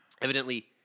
Evidently